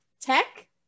tech